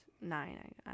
nine